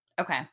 Okay